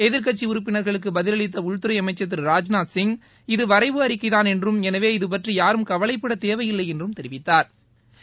எதிர்க்கட்சி உறுப்பினர்களுக்கு பதிலளித்த உள்துறை அமைச்சள் திரு ராஜ்நாத்சிங் இது வரைவு அறிக்கைதான் என்றும் எனவே இது பற்றி யாரும் கவலைப்பட தேவையில்லை என்றும் தெரிவித்தாா்